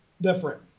different